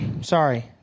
sorry